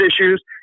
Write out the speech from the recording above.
issues